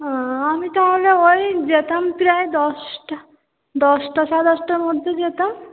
আমি তাহলে ওই যেতাম তাহলে প্রায় দশটা দশটা সাড়ে দশটার মধ্যে যেতাম